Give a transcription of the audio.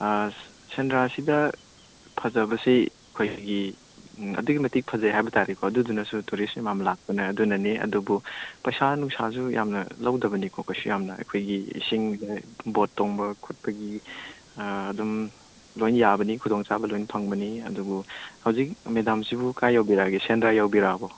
ꯁꯦꯟꯗ꯭ꯔꯥꯁꯤꯗ ꯐꯖꯕꯁꯤ ꯑꯩꯈꯣꯏꯒꯤ ꯑꯗꯨꯛꯀꯤ ꯃꯇꯤꯛ ꯐꯖꯩ ꯍꯥꯏꯕ ꯇꯥꯔꯦꯀꯣ ꯑꯗꯨꯗꯨꯅꯁꯨ ꯇꯨꯔꯤꯁ ꯌꯥꯝ ꯌꯥꯝ ꯂꯥꯛꯄꯅꯦ ꯑꯗꯨꯅꯅꯤ ꯑꯗꯨꯕꯨ ꯄꯩꯁꯥ ꯅꯨꯡꯁꯥꯁꯨ ꯌꯥꯝꯅ ꯂꯧꯗꯕꯅꯤꯀꯣ ꯀꯩꯁꯨ ꯌꯥꯝꯅ ꯑꯩꯈꯣꯏꯒꯤ ꯏꯁꯤꯡꯗ ꯕꯣꯠ ꯇꯣꯡꯕ ꯈꯣꯠꯄꯒꯤ ꯑꯗꯨꯝ ꯂꯣꯏꯅ ꯌꯥꯕꯅꯤ ꯈꯨꯗꯣꯡ ꯆꯥꯕ ꯂꯣꯏꯅ ꯐꯪꯕꯅꯤ ꯑꯗꯨꯕꯨ ꯍꯧꯖꯤꯛ ꯃꯦꯗꯥꯝꯁꯤꯕꯨ ꯀꯥꯏ ꯌꯧꯕꯤꯔꯛꯑꯒꯦ ꯁꯦꯟꯗ꯭ꯔꯥ ꯌꯧꯕꯤꯔꯛꯑꯕꯣ